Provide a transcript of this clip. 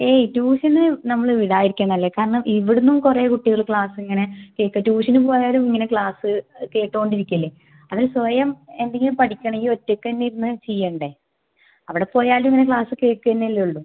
ഏയ് ട്യൂഷന് നമ്മള് വിടാതിരിക്കുവാണ് നല്ലത് കാരണം ഇവിടന്നും കുറേ കുട്ടികള് ക്ലാസ്സിന്നിങ്ങനെ ട്യൂഷനു പോയാലും ഇങ്ങനെ ക്ലാസ് കേട്ടോണ്ടിരിക്കില്ലേ അതിന് സ്വയം എന്തെങ്കിലും പഠിക്കണമെങ്കിൽ ഒറ്റയ്ക്ക് തന്നെ ഇരുന്ന് ചെയ്യണ്ടേ അവിടെ പോയാലും ഇങ്ങനെ ക്ലാസ് കേൾക്കുക തന്നെയൊള്ളു